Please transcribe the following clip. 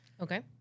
Okay